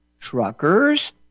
truckers